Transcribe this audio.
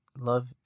love